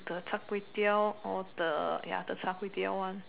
the Char-Kway-Teow or the ya the Char-Kway-Teow one